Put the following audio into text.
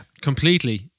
completely